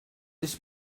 this